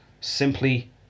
simply